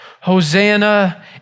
Hosanna